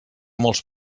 molts